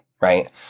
right